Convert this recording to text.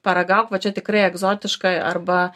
paragauk vat čia tikrai egzotiškai arba